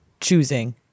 choosing